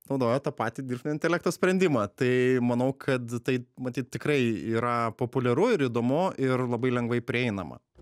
naudoja tą patį dirbtinio intelekto sprendimą tai manau kad tai matyt tikrai yra populiaru ir įdomu ir labai lengvai prieinama